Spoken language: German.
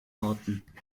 orten